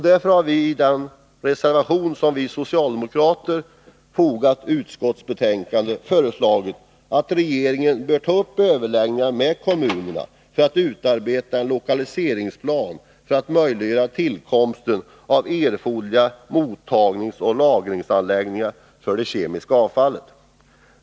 Därför har vi i den reservation som vi socialdemokrater fogat till utskottsbetänkandet föreslagit att regeringen skall ta upp överläggningar med kommunerna för att utarbeta en lokaliseringsplan i syfte att möjliggöra tillkomsten av erforderliga mottagningsoch lagringsanläggningar för det kemiska avfallet.